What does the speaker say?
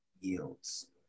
yields